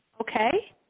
okay